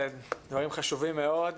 דברים חשובים מאוד.